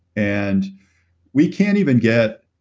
and we can't even get,